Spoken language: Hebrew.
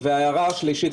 שלישית,